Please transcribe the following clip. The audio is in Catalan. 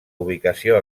ubicació